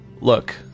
Look